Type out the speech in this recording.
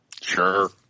Sure